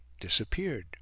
disappeared